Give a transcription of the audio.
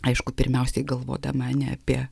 aišku pirmiausiai galvodama ne apie